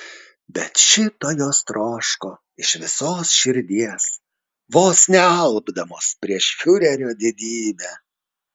bet šito jos troško iš visos širdies vos nealpdamos prieš fiurerio didybę